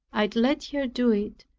i let her do it,